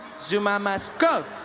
zuma must go!